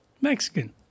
Mexican